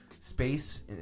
space